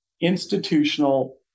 institutional